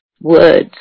words